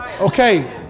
Okay